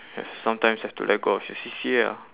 have to sometimes have to let go of your C_C_A ah